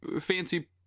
fancy